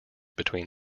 between